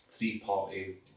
three-party